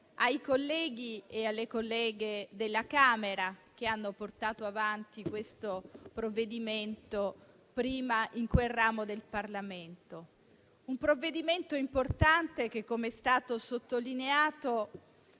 ai colleghi e alle colleghe della Camera che hanno portato avanti questo provvedimento in prima lettura in quel ramo del Parlamento. È un provvedimento importante che - com'è stato sottolineato